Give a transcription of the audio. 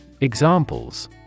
Examples